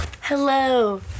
Hello